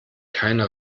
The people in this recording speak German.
keine